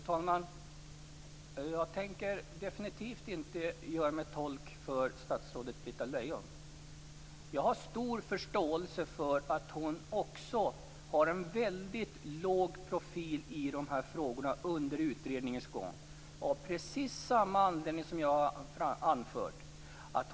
Fru talman! Jag tänker definitivt inte göra mig till tolk för statsrådet Britta Lejon. Jag har stor förståelse för att hon har en väldigt låg profil i frågan under utredningens gång av precis samma anledning som jag har anfört.